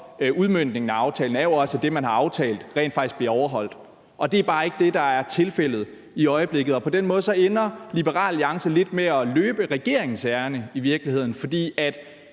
udmøntningen af aftalen er jo også, at det, man har aftalt, rent faktisk bliver overholdt. Og det er bare ikke det, der er tilfældet i øjeblikket. På den måde ender Liberal Alliance i virkeligheden lidt med at løbe regeringens ærinde, for